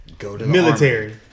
military